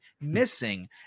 missing